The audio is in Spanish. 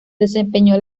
desempeñó